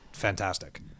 fantastic